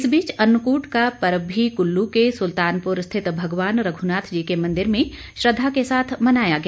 इस बीच अन्नकूट का पर्व भी कुल्लू के सुल्तानपुर स्थित भगवान रघुनाथ जी के मंदिर में श्रद्धा के साथ मनाया गया